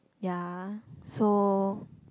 ya so